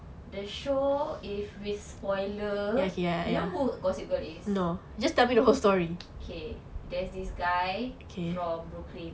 the show if we spoiler you know who gossip girl is okay there's this guy from brooklyn